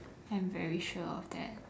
I'm very sure of that